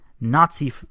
Nazi